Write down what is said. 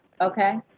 Okay